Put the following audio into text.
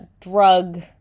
drug